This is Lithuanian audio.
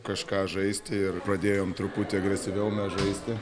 kažką žaisti ir pradėjom truputį agresyviau mes žaisti